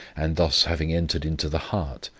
and thus having entered into the heart,